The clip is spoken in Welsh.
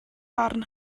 barn